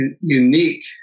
unique